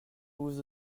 vous